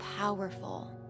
powerful